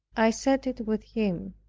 i said it with him.